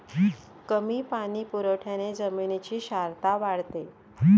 कमी पाणी पुरवठ्याने जमिनीची क्षारता वाढते